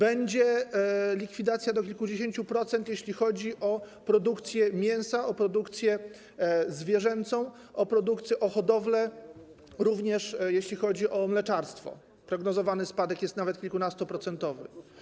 Będzie likwidacja do kilkudziesięciu procent, jeśli chodzi o produkcję mięsa, o produkcję zwierzęcą, o hodowlę, również jeśli chodzi o mleczarstwo, prognozowany spadek jest nawet kilkunastoprocentowy.